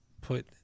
put